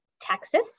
Texas